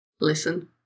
listen